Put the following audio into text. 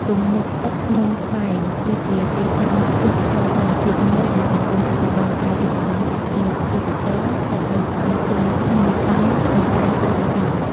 ទំនប់ទឹកភ្នំត្បែង គឺជាទីតាំងទេសចរណ៍ធម្មជាតិមួយដែលកំពុងទទួលបានការចាប់អារម្មណ៍ពីភ្ញៀវទេសចរណ៍ ស្ថិតនៅក្បែរជើង ភ្នំត្បែង ក្នុងខេត្តព្រះវិហារ។